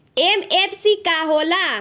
MFC का होला?